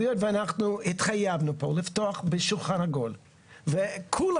אבל היות ואנחנו התחייבנו פה לפתוח בשולחן עגול וכולם,